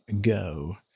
go